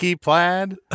plaid